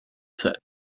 said